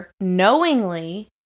knowingly